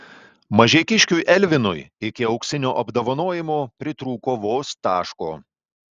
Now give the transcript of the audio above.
mažeikiškiui elvinui iki auksinio apdovanojimo pritrūko vos taško